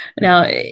Now